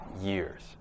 years